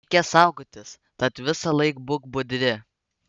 reikia saugotis tad visąlaik būk budri